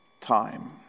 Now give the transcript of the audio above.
time